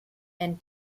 and